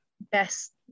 best